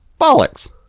Bollocks